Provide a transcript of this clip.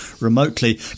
remotely